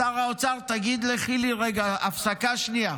שר האוצר, תגיד לחילי רגע הפסקה שנייה.